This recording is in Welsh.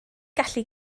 gallu